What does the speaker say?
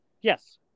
Yes